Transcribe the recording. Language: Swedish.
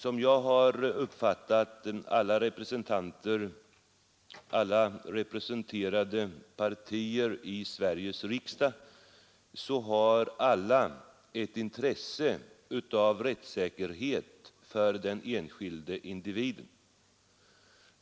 Som jag har uppfattat situationen har alla i Sveriges riksdag representerade partier ett intresse av rättssäkerhet för den enskilde individen.